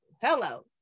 Hello